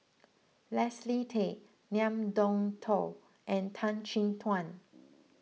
Leslie Tay Ngiam Tong Dow and Tan Chin Tuan